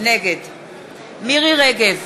נגד מירי רגב,